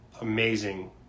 amazing